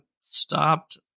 stopped